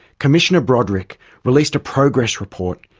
commissioner broderick released a progress report.